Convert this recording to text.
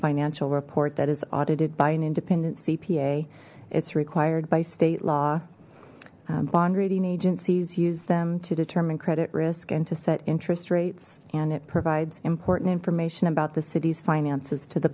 financial report that is audited by an independent cpa it's required by state law bond rating agencies use them to determine credit risk and to set interest rates and it provides important information about the city's finances to the